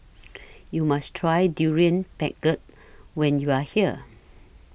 YOU must Try Durian Pengat when YOU Are here